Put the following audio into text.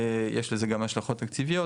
יש לזה גם השלכות תקציביות,